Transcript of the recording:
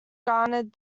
garnered